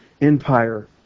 Empire